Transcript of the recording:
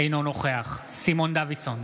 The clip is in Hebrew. אינו נוכח סימון דוידסון,